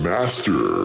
Master